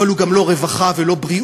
אבל הוא גם לא רווחה ולא בריאות